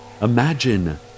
Imagine